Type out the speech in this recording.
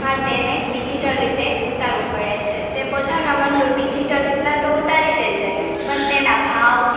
આ તેને ડિઝિટલ રીતે ઉતારવું પડે છે તે પોતાના મનનું ડિઝિટલ રીતના તો ઉતારી દે છે પણ તેના ભાવ